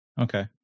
Okay